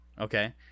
Okay